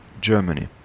Germany